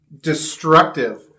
destructive